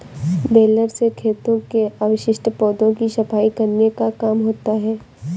baler से खेतों के अवशिष्ट पौधों की सफाई करने का काम होता है